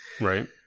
Right